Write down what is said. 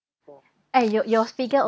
eh your your figure